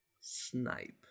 snipe